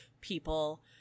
people